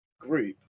group